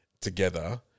together